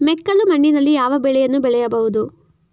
ಮೆಕ್ಕಲು ಮಣ್ಣಿನಲ್ಲಿ ಯಾವ ಬೆಳೆಯನ್ನು ಬೆಳೆಯಬಹುದು?